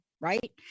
right